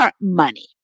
money